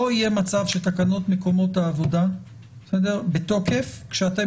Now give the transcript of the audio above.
לא יהיה מצב שתקנות מקומות העבודה בתוקף כשאתם